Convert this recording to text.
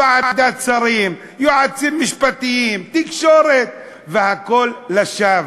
ועדת שרים, יועצים משפטיים, תקשורת, והכול, לשווא.